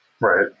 Right